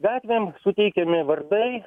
gatvėm suteikiami vardai